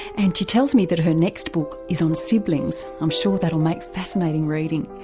and she tells me that her next book is on siblings. i'm sure that will make fascinating reading.